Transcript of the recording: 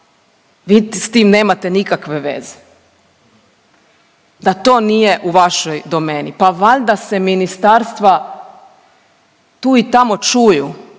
vi s tim nemate nikakve veze, da to nije u vašoj domeni. Pa valjda se ministarstva tu i tamo čuju,